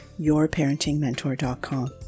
yourparentingmentor.com